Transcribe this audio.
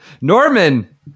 Norman